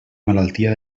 malaltia